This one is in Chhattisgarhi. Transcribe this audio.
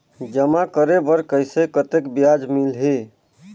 जमा करे बर कइसे कतेक ब्याज मिलही?